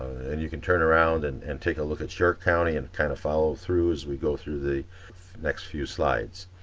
and you can turn around and and take a look at your county and kind of follow through as we go through the next few slides.